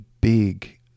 big